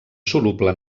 soluble